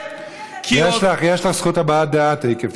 יש לך זכות הבעת דעה תכף.